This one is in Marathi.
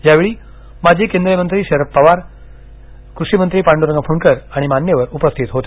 यावेळी माजी केंद्रीय मंत्री शरद पवार कृषी मंत्री पांडुरंग फुंडकर आणि मान्यवर यावेळी उपस्थित होते